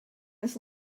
this